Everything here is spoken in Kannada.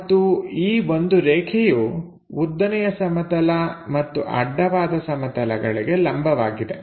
ಮತ್ತು ಈ ಒಂದು ರೇಖೆಯು ಉದ್ದನೆಯ ಸಮತಲ ಮತ್ತು ಅಡ್ಡವಾದ ಸಮತಲಗಳಿಗೆ ಲಂಬವಾಗಿದೆ